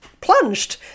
plunged